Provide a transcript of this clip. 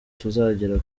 tuzagera